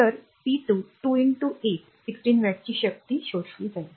तर p2 2 8 16 वॅटची शक्ती शोषली जाईल